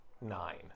Nine